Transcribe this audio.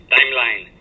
Timeline